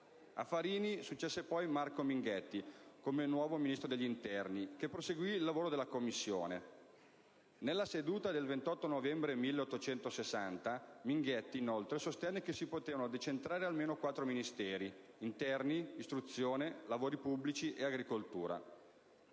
A Farini successe poi Marco Minghetti come nuovo Ministro degli interni, che proseguì i lavori della commissione. Nella seduta del 28 novembre 1860, Minghetti inoltre sostenne che si potevano decentrare almeno quattro Ministeri: Interni, Istruzione, Lavori pubblici e Agricoltura.